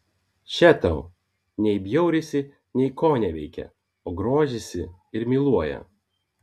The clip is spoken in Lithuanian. še tau nei bjaurisi nei koneveikia o grožisi ir myluoja